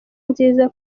nziza